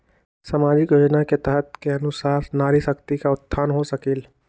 सामाजिक योजना के तहत के अनुशार नारी शकति का उत्थान हो सकील?